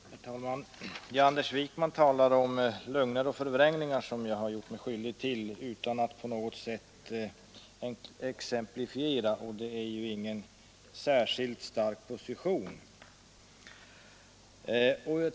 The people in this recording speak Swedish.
Herr talman! Anders Wijkman talar om lögner och förvrängningar som jag skulle ha gjort mig skyldig till utan att han på något sätt exemplifierar, och det är ju ingen särskilt stark position.